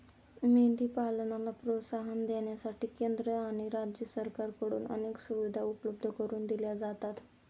मेंढी पालनाला प्रोत्साहन देण्यासाठी केंद्र आणि राज्य सरकारकडून अनेक सुविधा उपलब्ध करून दिल्या जातात